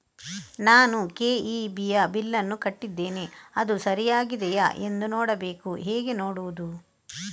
ನಾನು ಕೆ.ಇ.ಬಿ ಯ ಬಿಲ್ಲನ್ನು ಕಟ್ಟಿದ್ದೇನೆ, ಅದು ಸರಿಯಾಗಿದೆಯಾ ಎಂದು ನೋಡಬೇಕು ಹೇಗೆ ನೋಡುವುದು?